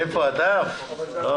ותעמוד בראשה חברת הכנסת אתי חוה עטייה,